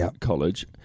college